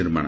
ନିର୍ମାଣ